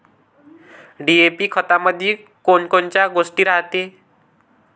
DAP खतामंदी कोनकोनच्या गोष्टी रायते?